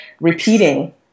repeating